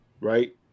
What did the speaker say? right